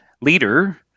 leader